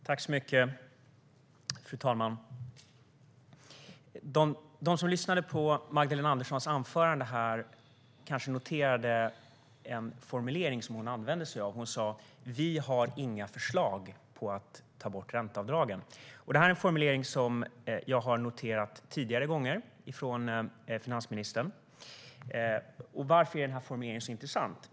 Fru talman! De som lyssnade på Magdalena Anderssons anförande här kanske noterade en formulering som hon använde sig av. Hon sa: Vi har inga förslag på att ta bort ränteavdragen. Det är en formulering som jag har noterat tidigare från finansministern. Varför är den här formuleringen så intressant?